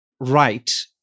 right